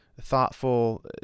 thoughtful